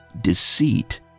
deceit